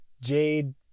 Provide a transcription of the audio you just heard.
jade